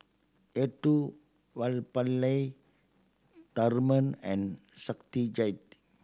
Elattuvalapil Tharman and Satyajit